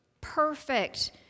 perfect